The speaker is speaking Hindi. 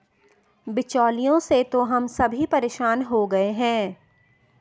बिचौलियों से तो हम सभी परेशान हो गए हैं